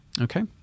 Okay